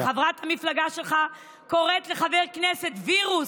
כשחברת מפלגה שלך קוראת לחבר כנסת "וירוס",